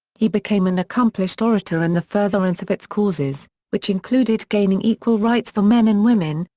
he became an accomplished orator in the furtherance of its causes, which included gaining equal rights for men and women,